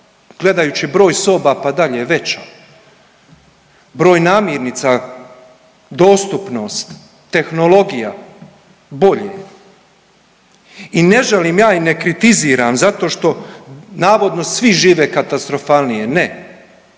gledajući broj soba, pa dalje je veća, broj namirnica, dostupnost, tehnologija, bolje je i ne žalim ja i ne kritiziram zato što navodno svi žive katastrofalnije ne,